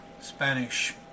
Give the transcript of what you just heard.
Spanish